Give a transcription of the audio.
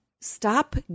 Stop